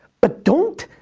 but don't